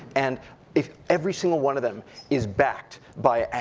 and if every single one of them is backed by,